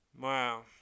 Wow